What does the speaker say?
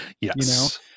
Yes